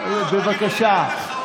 בבקשה.